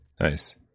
Nice